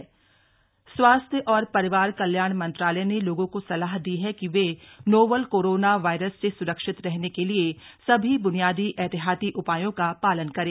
स्वास्थ्य मंत्रालय सलाह स्वास्थ्य और परिवार कल्याण मंत्रालय ने लोगों को सलाह दी है कि वे नोवल कोरोना वायरस से सुरक्षित रहने के लिए सभी बुनियादी एहतियाती उपायों का पालन करें